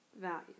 Values